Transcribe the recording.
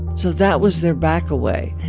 so that was their back-away.